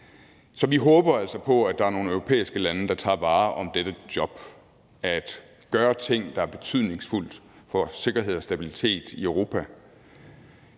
Så vi håber altså på, at der er nogle europæiske lande, der tager hånd om dette job, altså gør ting, der er betydningsfulde for sikkerhed og stabilitet i Europa,